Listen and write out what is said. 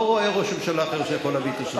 לא רואה ראש ממשלה אחר שיכול להביא את השלום.